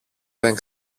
δεν